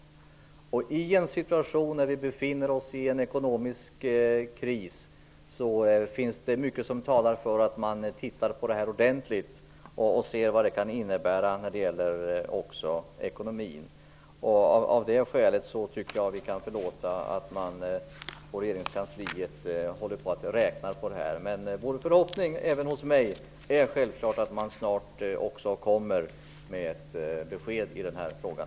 I en situation präglad av en ekonomisk kris är det mycket som talar för att man ser över det här ordentligt och att man undersöker vad detta kan innebära också för ekonomin. Av det skälet tycker jag att vi kan förlåta att man på regeringskansliet fortfarande räknar på detta. Självklart är det också min förhoppning att man snart kommer med besked i den här frågan.